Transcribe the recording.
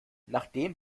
nachdem